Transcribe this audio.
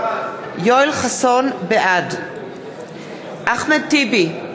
בעד אחמד טיבי,